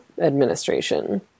administration